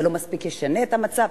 זה לא מספיק משנה את המצב.